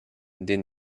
den